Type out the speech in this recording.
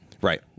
Right